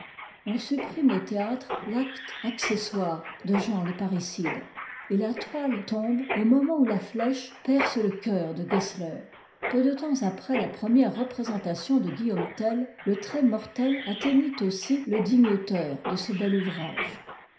on supprime au théâtre l'acte accessoire de jean le parricide et la toile tombe au moment où la ftèche perce le cœur de gessler peu de temps après la première représentation de guillaume tell le trait mortel atteignit aussi le digue auteur de ce bel ouvrage